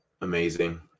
amazing